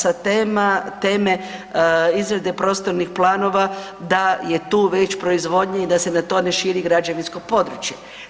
Sa teme izrade prostornih planova da je tu već proizvodnja i da se na to ne širi građevinsko područje.